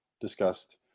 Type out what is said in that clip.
discussed